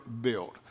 built